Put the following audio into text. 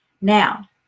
Now